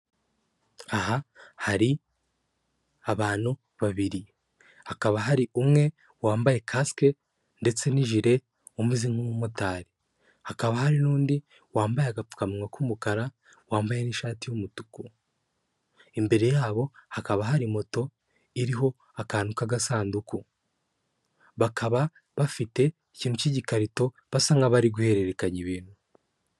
Aha hari abantu babiri hakaba hari umwe wambaye kasike ndetse n' ijire umeze nk'umumotari hakaba hari n'undi wambaye agapfukamunwa k'umukara wambaye n'ishati y'umutuku imbere yabo hakaba hari moto iriho akantu k'agasanduku bakaba bafite ikintu cy'igikarito basa nk'abari guhererekanya ibintu.